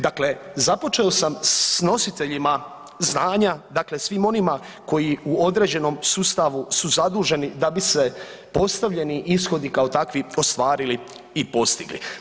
Dakle započeo sam s nositeljima znanja, dakle svim onima koji u određenom sustavu su zaduženi da bi se postavljeni ishodi kao takvi ostvarili i postigli.